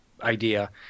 idea